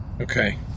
Okay